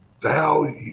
value